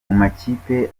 makipe